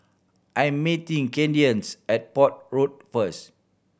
I'm meeting Kadence at Port Road first